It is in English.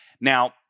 Now